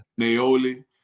Naoli